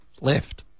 left